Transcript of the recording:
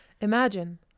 Imagine